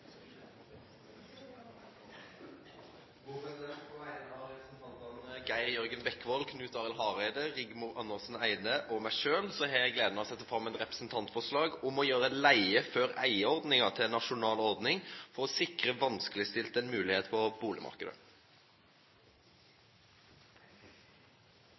Geir Jørgen Bekkevold, Knut Arild Hareide, Rigmor Andersen Eide og meg sjølv har eg gleda av å setje fram eit representantforslag om å gjere «Leie før eie»-ordninga til ei nasjonal ordning for å sikre vanskelegstilte ei moglegheit på